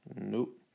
Nope